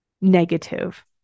negative